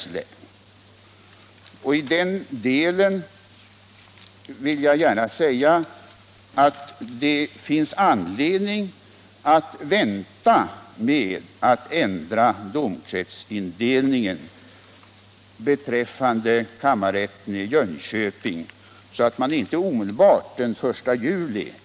I den delen vill jag gärna säga att det finns anledning att vänta med att ändra domkretsindelningen beträffande kammarrätten i Jönköping och inte göra den omedelbart den 1 juli.